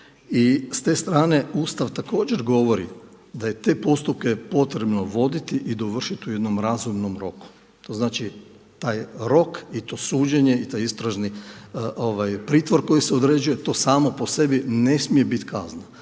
s te strane Ustav također govori da je te postupke potrebno voditi i dovršiti u jednom razumnom roku. To znači taj rok i to suđenje i taj istražni pritvor koji se određuje, to samo po sebi ne smije biti kazna.